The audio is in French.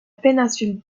péninsule